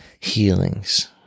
healings